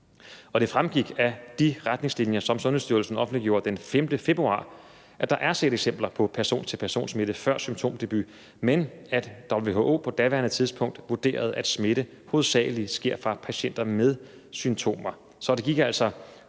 Det fremgik af de retningslinjer, som Sundhedsstyrelsen offentliggjorde den 5. februar, at der er set eksempler på person til person-smitte før symptomdebut, men at WHO på daværende tidspunkt vurderede, at smitte hovedsagelig sker fra patienter med symptomer.